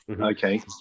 okay